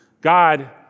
God